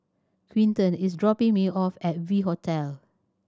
Quinton is dropping me off at V Hotel